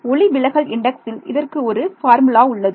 ஒளிவிலகல் இண்டக்சில் இதற்கு ஒரு பார்முலா உள்ளது